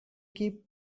keep